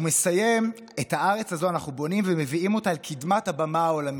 הוא מסיים: את הארץ הזו אנחנו בונים ומביאים אותה אל קדמת הבמה העולמית.